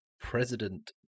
President